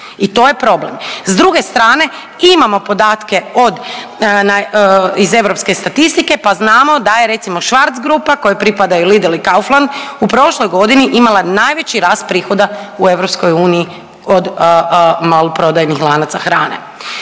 i to je problem. S druge strane imamo podatke od iz europske statistike pa znamo da je recimo Schwarz grupa kojoj pripadaju Lidl i Kaufland u prošloj godini imala najveći rast prihoda u EU od maloprodajnih lanaca hrane.